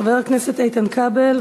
חבר הכנסת איתן כבל,